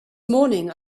morning